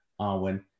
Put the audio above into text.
Arwen